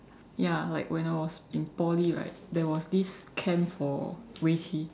ya like when I was in Poly right there was this camp for 围棋